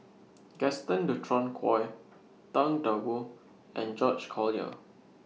Gaston Dutronquoy Tang DA Wu and George Collyer